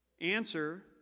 Answer